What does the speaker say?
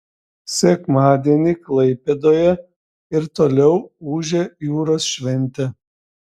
sekmadienį klaipėdoje ir toliau ūžė jūros šventė